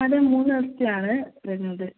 അത് മൂന്ന് ദിവസത്തിലാണ് വരുന്നത്